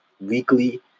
weekly